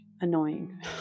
annoying